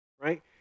right